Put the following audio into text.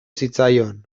zitzaion